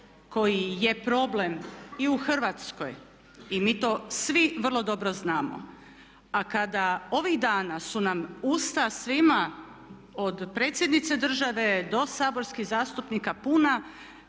koji je problem i u Hrvatskoj i mi to svi vrlo dobro znamo a kada ovih dana su nam usta svima od predsjednice države do saborskih zastupnika puna